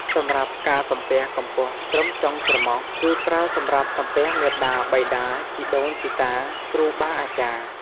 សម្រាប់ការសំពះកម្ពស់ត្រឹមចុងច្រមុះ គឺប្រើសម្រាប់សំពះ មាតាបិតា ជីដូនជីតា គ្រូបាអាចារ្យ។